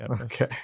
okay